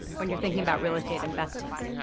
when you're thinking about real estate investments.